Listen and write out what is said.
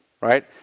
right